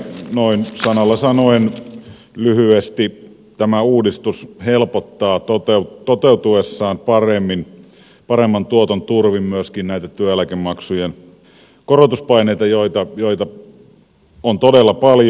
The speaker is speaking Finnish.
noin sanalla sanoen lyhyesti tämä uudistus helpottaa toteutuessaan paremmin paremman tuoton turvin myöskin näitä työeläkemaksujen korotuspaineita joita on todella paljon